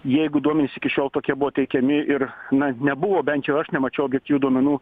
jeigu duomenys iki šiol tokie buvo teikiami ir na nebuvo bent jau aš nemačiau objektyvių duomenų